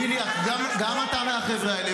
בליאק, גם אתה מהחבר'ה האלה.